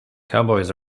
cowboys